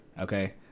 okay